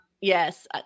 Yes